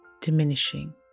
diminishing